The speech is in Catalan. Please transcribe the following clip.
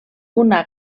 una